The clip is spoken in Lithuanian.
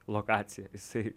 lokacija jisai